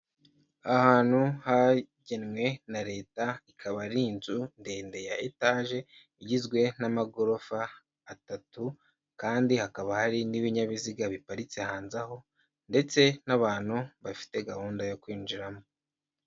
Ahantu hagenwe na leta, ikaba ari inzu ndende ya etaje igizwe n'amagorofa atatu kandi hakaba hari n'ibinyabiziga biparitse hanze aho ndetse n'abantu bafite gahunda yo kwinjiramo.